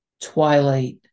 Twilight